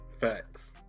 Facts